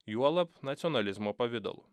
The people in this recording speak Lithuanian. juolab nacionalizmo pavidalu